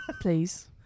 Please